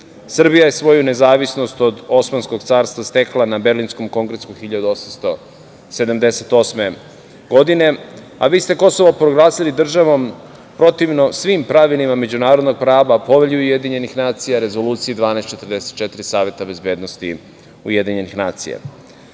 Srbija je svoju nezavisnost od Osmanskog carstva stekla na Berlinskom kongresu 1878. godine, a vi ste Kosovo proglasili državom protivno svim pravilima međunarodnog prava, Povelji UN, Rezoluciji 1244 Saveta bezbednosti UN.Predstavnici